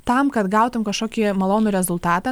tam kad gautum kažkokį malonų rezultatą